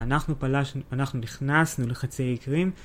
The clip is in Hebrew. אנחנו פלשנו, אנחנו נכנסנו לחצי האי קרים,